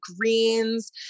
greens